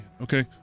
Okay